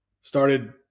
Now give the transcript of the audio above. started